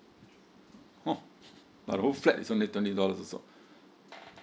!huh! the whole flat is only twenty dollars also